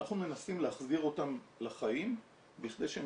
אנחנו מנסים להחזיר אותם לחיים בכדי שהם